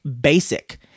basic